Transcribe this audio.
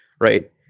right